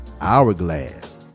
Hourglass